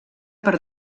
per